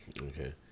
Okay